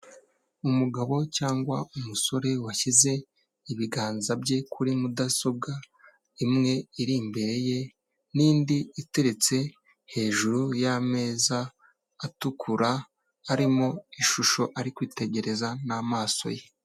Umugabo cyangwa umusore washyize ibiganza bye kuri mudasobwa imwe iri imbere ye n'indi iteretse hejuru y'ameza atukura, harimo ishusho ari kwitegereza n'amaso ye.